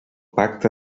pacte